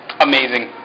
Amazing